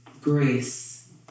grace